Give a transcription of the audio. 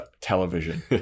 television